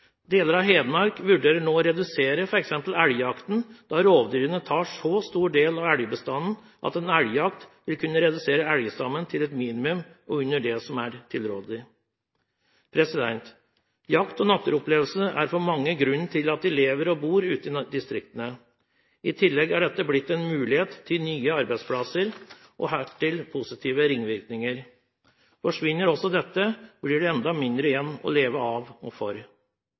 Deler av Hedmark vurderer nå å redusere f.eks. elgjakten, da rovdyrene tar så stor del av elgbestanden at elgjakt vil kunne redusere elgstammen til et minimum og under det som er tilrådelig. Jakt og naturopplevelser er for mange grunnen til at de lever og bor ute i distriktene. I tillegg er dette blitt en mulighet til nye arbeidsplasser og hertil positive ringvirkninger. Forsvinner også dette, blir det enda mindre igjen å leve av og for.